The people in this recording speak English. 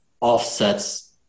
offsets